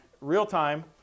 real-time